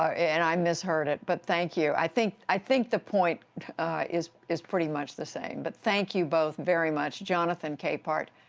i misheard it. but thank you. i think i think the point is is pretty much the same. but thank you both very much, jonathan capehart,